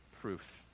proof